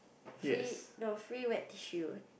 free no free wet tissue